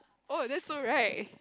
oh that's so right